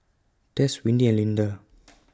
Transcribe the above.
Tess Windy and Linda